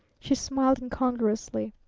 she smiled incongruously.